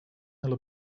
their